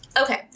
Okay